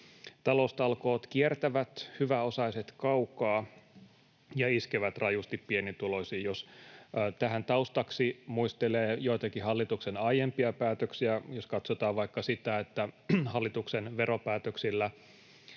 Taloustalkoot kiertävät hyväosaiset kaukaa ja iskevät rajusti pienituloisiin, jos tähän taustaksi muistelee joitakin hallituksen aiempia päätöksiä, jos katsotaan vaikka sitä, että hallituksen veropäätöksillä